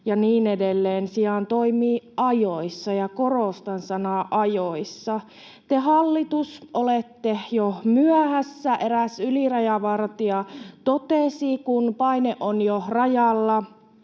ja niin edelleen sijaan toimii ajoissa — ja korostan sanaa ajoissa. Te, hallitus, olette jo myöhässä. Eräs ylirajavartija totesi, että kun paine on jo rajalla,